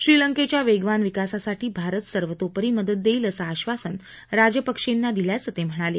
श्रीलंकेच्या वेगवान विकासासाठी भारत सर्वतोपरी मदत देईल असं आश्वासन राजपक्षेंना दिल्याचं ते म्हणाले